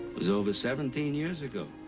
was over seventeen years ago.